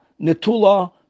netula